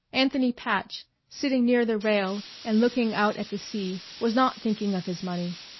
anthony patch, sitting near the rail and looking out at the sea, was not thinking of his money,